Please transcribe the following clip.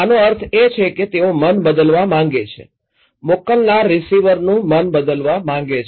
આનો અર્થ એ કે તેઓ મન બદલવા માગે છે મોકલનાર રીસીવરનું મન બદલવા માંગે છે